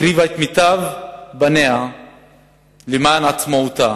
הקריבה את מיטב בניה למען עצמאותה